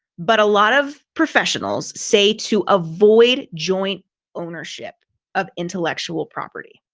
but a lot of professionals say to avoid joint ownership of intellectual property,